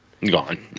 Gone